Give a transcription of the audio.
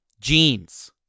jeans